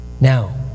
Now